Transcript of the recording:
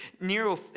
Nero